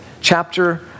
chapter